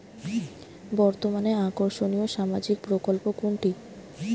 বর্তমানে আকর্ষনিয় সামাজিক প্রকল্প কোনটি?